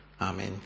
Amen